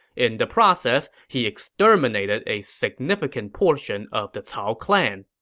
in the process, he exterminated a significant portion of the cao clan.